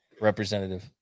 representative